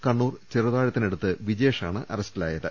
കണ്ണൂർ ചെറുതാ ഴത്തിനടുത്ത് വിജേഷാണ് അറസ്റ്റിലായത്